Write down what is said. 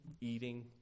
eating